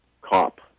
cop